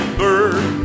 bird